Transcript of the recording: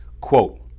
Quote